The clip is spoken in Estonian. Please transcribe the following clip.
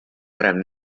varem